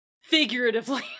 figuratively